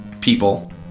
people